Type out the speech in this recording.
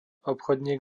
obchodník